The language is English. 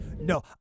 No